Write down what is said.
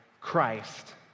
Christ